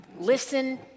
listen